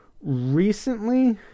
recently